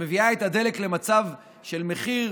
שמביאה את הדלק למצב, למחיר